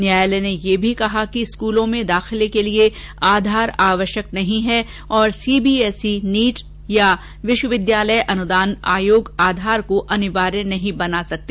न्यायालय ने यह भी कहा कि स्कूलों में दाखिले के लिए आधार आवश्यक नहीं है और C B S E NEET अथवा विश्वविद्यालय अनुदान आयोग आधार को अनिवार्य नहीं बना सकते